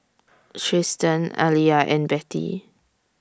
Trystan Aaliyah and Betty